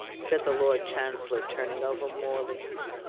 said the lord chancellor, turning over more leaves.